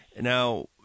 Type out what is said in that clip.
Now